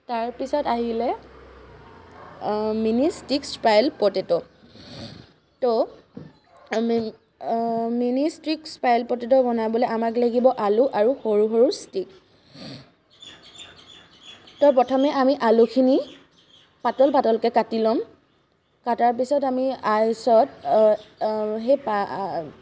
তাৰপিছত আহিলে mini sticks spiral potato তো আমি মিনি ষ্টিক স্পাইৰেল প'টেট' বনাবলৈ আমাক লাগিব আলু আৰু সৰু সৰু ষ্টিক তো প্ৰথমে আমি আলুখিনি পাতল পাতলকৈ কাটি ল'ম কটাৰ পিছত আমি আইচত সেই